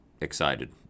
excited